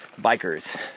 bikers